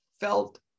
felt